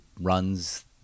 runs